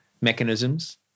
mechanisms